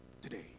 today